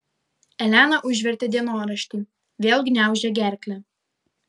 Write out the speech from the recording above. elena užvertė dienoraštį vėl gniaužė gerklę